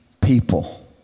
people